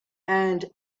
and